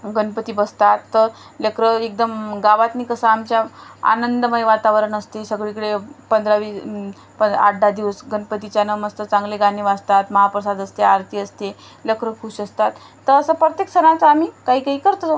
गणपती बसतात तर लेकरं एकदम गावात कसं आमच्या आनंदमय वातावरण असते सगळीकडे पंधरावी पं आठ दहा दिवस गणपतीच्या न मस्त चांगले गाणे वाचतात महाप्रसाद असते आरती असते लेकरं खूश असतात तर असं प्रत्येक सणाचं आम्ही काही काही करतो